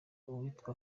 uwitwa